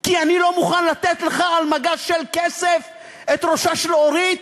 כי אני לא מוכן לתת לך על מגש של כסף את ראשה של אורית?